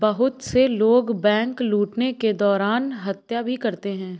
बहुत से लोग बैंक लूटने के दौरान हत्या भी करते हैं